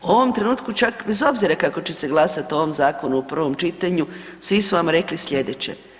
U ovom trenutku bez obzira kako će se glasati o ovom zakonu u prvom čitanju svi su vam rekli slijedeće.